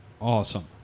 Awesome